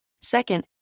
Second